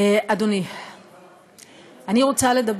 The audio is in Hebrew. אדוני, א.